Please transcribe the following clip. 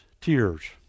tears